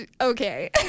Okay